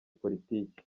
politiki